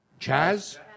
Chaz